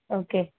okay